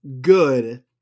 good